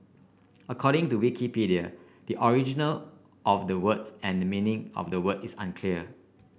according to Wikipedia the original of the word and meaning of the word is unclear